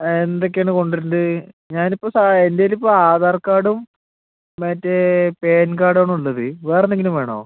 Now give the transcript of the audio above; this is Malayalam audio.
എന്തൊക്കെയാണ് കൊണ്ടുവരേണ്ടത് ഞാൻ ഇപ്പം എൻ്റെ കയ്യിൽ ഇപ്പം ആധാർ കാർഡും മറ്റെ പാൻ കാർഡും ആണ് ഉള്ളത് വേറെ എന്തെങ്കിലും വേണോ